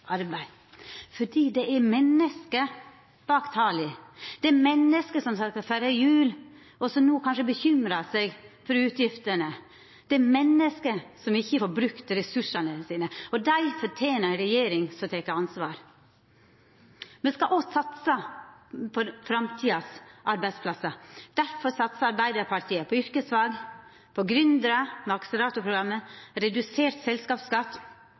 arbeid. For det er menneske bak tala. Det er menneske som snart skal feira jul og som no kanskje bekymrar seg for utgiftene. Det er menneske som ikkje får brukt ressursane sine. Dei fortener ei regjering som tek ansvar. Me skal òg satsa på framtidas arbeidsplassar. Difor satsar Arbeiderpartiet på yrkesfag, på gründerar, med akseleratorprogrammet, redusert selskapsskatt